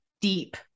deep